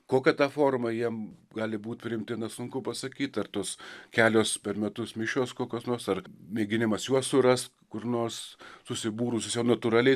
kokia ta forma jiem gali būt priimtina sunku pasakyt ar tos kelios per metus mišios kokios nors ar mėginimas juos surast kur nors susibūrusius jau natūraliai